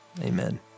amen